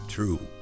True